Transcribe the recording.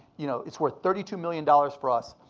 you know it's worth thirty two million dollars for us.